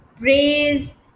praise